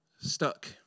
Stuck